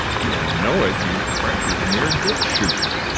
do i know it? you precious near did shoot me,